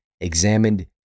examined